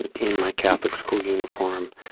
and in my catholic school uniform,